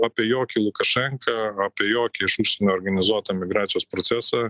apie jokį lukašenką apie jokį iš užsienio organizuotą migracijos procesą